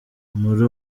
muri